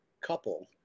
couple